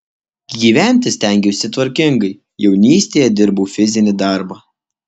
gyventi stengiausi tvarkingai jaunystėje dirbau fizinį darbą